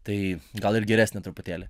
tai gal ir geresnė truputėlį